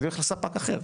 הייתי הולך לספק אחר.